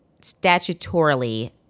Statutorily